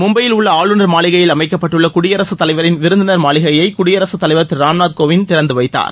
மும்பையில் உள்ள ஆளுநர் மாளிகையில் அமைக்கப்பட்டுள்ள குடியரசுத் தலைவரின் விருந்தினர் மாளிகையை தலைவர் குடியரசுத் திரு ராம்நாத் கோவிந்த் நேற்று திறந்து வைத்தார்